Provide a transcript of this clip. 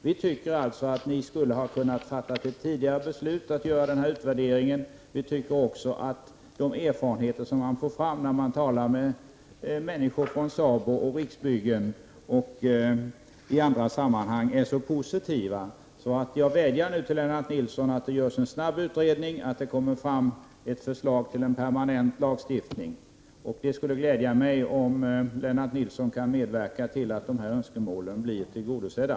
Vi tycker att ni skulle ha kunnat fatta ett beslut beträffande utvärderingen tidigare, och vi anser också att de erfarenheter som man får ta del av när man talar med personer från SABO, Riksbyggen och på annat håll är positiva. Jag vädjar nu till Lennart Nilsson att verka för att det görs en snabb utredning och för att det läggs fram ett förslag till permanent lagstiftning. Det skulle glädja mig om Lennart Nilsson kunde medverka till att dessa önskemål blir tillgodosedda.